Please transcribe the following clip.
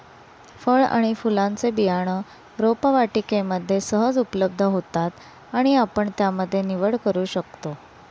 फळ आणि फुलांचे बियाणं रोपवाटिकेमध्ये सहज उपलब्ध होतात आणि आपण त्यामध्ये निवड करू शकतो